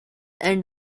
and